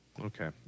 Okay